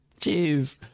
Jeez